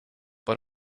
but